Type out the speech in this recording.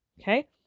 Okay